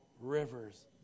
rivers